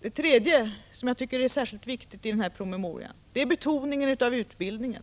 För det tredje betonas i denna promemoria utbildningen.